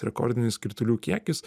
rekordinis kritulių kiekis